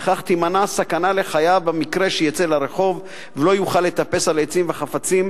וכך תימנע סכנה לחייו במקרה שיצא לרחוב ולא יוכל לטפס על עצים וחפצים,